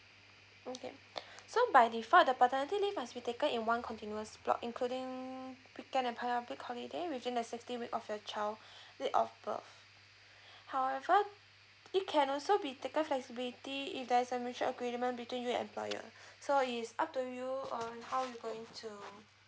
okay so by default the paternity leave must be taken in one continuous block including weekend and public holiday within the sixteen weeks of your child date of birth however it can also be taken flexibility if there's a mutual agreement between you and employer so is up to you on how you going to